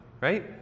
right